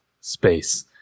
space